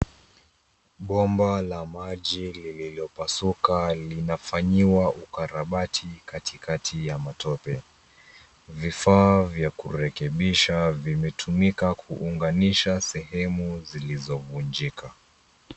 Bomba la maji lililopasuka linafanyiwa ukarabati katikati ya matope. Vifaa vya kurekebisha vimetumika kuunganisha sehemu zilizovunjika.